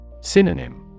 Synonym